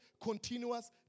continuous